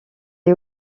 est